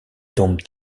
tombe